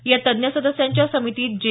या तज्ज्ञ सदस्यांच्या समितीत जे